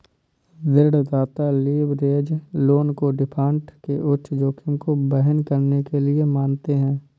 ऋणदाता leverage loan को default के उच्च जोखिम को वहन करने के लिए मानते हैं